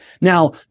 Now